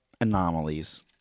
anomalies